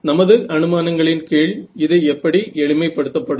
நமது அனுமானங்களின் கீழ் இது எப்படி எளிமை படுத்தப்படும்